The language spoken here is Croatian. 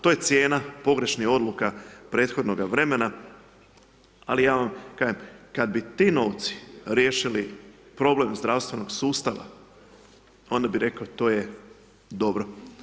To je cijena pogrešnih odluka prethodnoga vremena, ali ja vam kažem, kad bi ti novci riješili problem zdravstvenog sustava, onda bi rekli to je dobro.